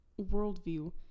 worldview